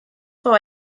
for